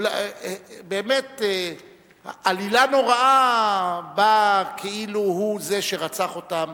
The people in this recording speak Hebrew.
עלילה נוראה כאילו הוא זה שרצח אותם,